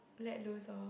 let loose lor